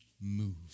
move